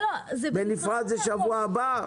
אם זה בנפרד, זה בשבוע הבא.